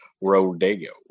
rodeo